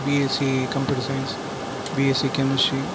BSc computer science BSc chemistry